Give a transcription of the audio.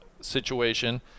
situation